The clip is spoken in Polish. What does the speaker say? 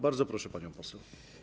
Bardzo proszę, pani poseł.